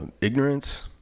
ignorance